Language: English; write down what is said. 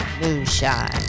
moonshine